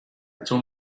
told